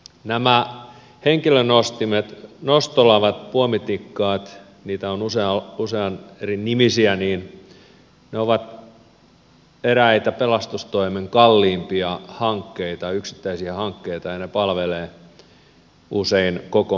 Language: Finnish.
nämä henkilönostimet nostolavat puomitikkaat niitä on useita erinimisiä ovat eräitä pelastustoimen kalliimpia yksittäisiä hankkeita ja ne palvelevat usein koko maakuntaa